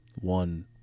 one